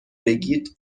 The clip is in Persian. بگید